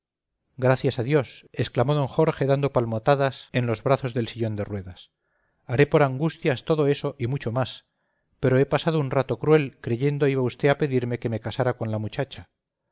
gracias a dios exclamó d jorge dando palmotadas en los brazos del sillón de ruedas haré por angustias todo eso y mucho más pero he pasado un rato cruel creyendo iba usted a pedirme que me casara con la muchacha